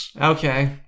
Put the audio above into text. Okay